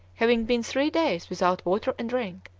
having been three days without water and drink,